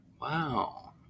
Wow